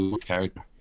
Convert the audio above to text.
character